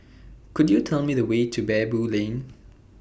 Could YOU Tell Me The Way to Baboo Lane